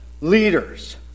leaders